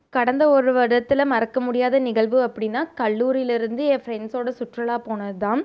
கடந்த ஒரு வருடத்தில் மறக்க முடியாத நிகழ்வு அப்படின்னா கல்லூரிலிருந்து என் ஃப்ரெண்ஸ்ஸோடு சுற்றுலா போனதுதான்